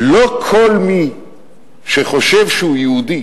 לא כל מי שחושב שהוא יהודי